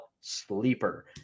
Sleeper